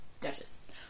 Duchess